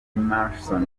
emmerson